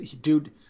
Dude